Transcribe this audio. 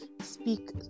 speak